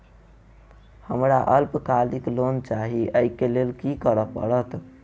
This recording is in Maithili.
हमरा अल्पकालिक लोन चाहि अई केँ लेल की करऽ पड़त?